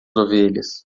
ovelhas